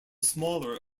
smaller